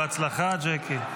בהצלחה, ג'קי.